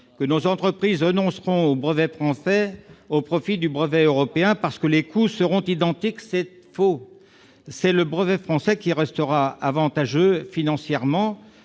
que nos entreprises renonceront au brevet français au profit du brevet européen parce que les coûts seront identiques. C'est faux ! Le brevet français restera avantageux financièrement-